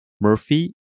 Murphy